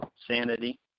Sanity